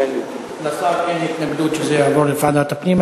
לשר אין התנגדות שזה יעבור לוועדת הפנים.